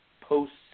posts